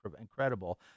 Incredible